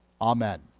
Amen